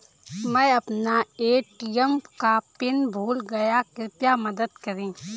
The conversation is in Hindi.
मै अपना ए.टी.एम का पिन भूल गया कृपया मदद करें